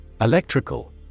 Electrical